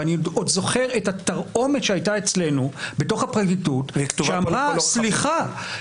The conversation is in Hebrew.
ואני עוד זוכר את התרעומת שהייתה אצלנו בתוך הפרקליטות שאמרה: סליחה,